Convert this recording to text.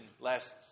last